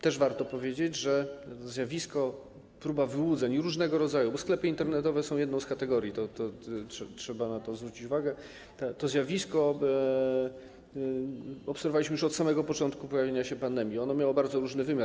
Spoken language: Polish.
Też warto powiedzieć, że to zjawisko, próba wyłudzeń różnego rodzaju - bo sklepy internetowe są jedną z kategorii, trzeba na to zwrócić uwagę, to zjawisko obserwowaliśmy już od samego początku pojawienia się pandemii - miało bardzo różny wymiar.